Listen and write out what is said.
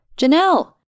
Janelle